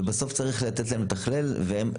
וצריך לתת להם לתכלל את זה.